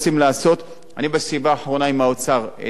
וראינו פה בנתונים שרובם קשישים,